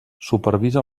supervisa